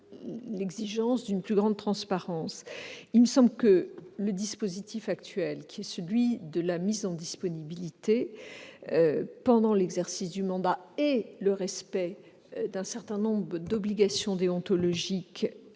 et une plus grande transparence. À cet égard, le dispositif actuel, à savoir la mise en disponibilité pendant l'exercice du mandat et le respect d'un certain nombre d'obligations déontologiques